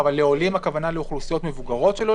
לעולים הכוונה לאוכלוסיות מוגדרות של עולים?